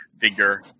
figure